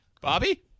Bobby